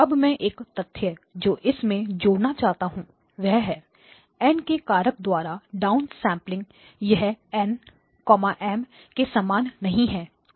अब मैं एक तथ्य जो इस में जोड़ना चाहता हूं वह है N के कारक द्वारा डाउनसेंपलिंग यह N M के समान नहीं है उससे भिन्न है